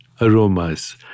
aromas